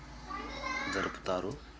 జరుపుతారు